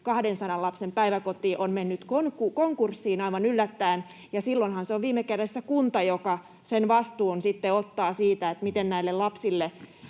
200 lapsen päiväkoti on mennyt konkurssiin aivan yllättäen, ja silloinhan se on viime kädessä kunta, joka sen vastuun sitten ottaa siitä, miten näille lapsille